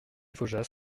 faujas